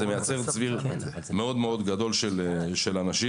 זה מייצר צביר גדול מאוד של אנשים.